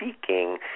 seeking